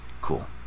Cool